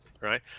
right